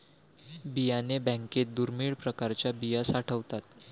बियाणे बँकेत दुर्मिळ प्रकारच्या बिया साठवतात